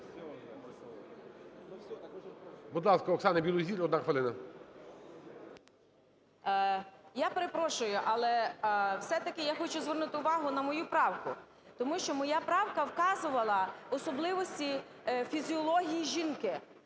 Я перепрошую, але все-таки я хочу звернути увагу на мою правку. Тому що моя правка вказувала особливості фізіології жінки.